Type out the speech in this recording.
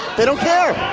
they don't care!